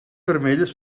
vermelles